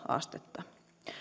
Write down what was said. astetta